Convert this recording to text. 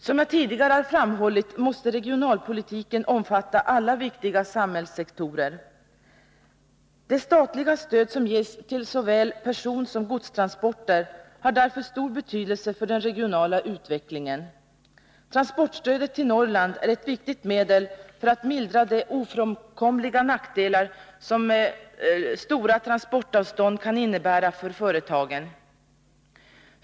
Som jag tidigare har framhållit måste regionalpolitiken omfatta alla viktiga samhällssektorer. Det statliga stöd som ges till såväl personsom godstransporter har därför stor betydelse för den regionala utvecklingen. Transportstödet till Norrland är ett viktigt medel för att mildra de ofrånkomliga nackdelar som stora transportavstånd kan innebära för företagen.